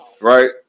right